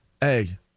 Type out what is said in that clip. Hey